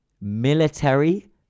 military